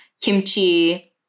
kimchi